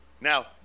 Now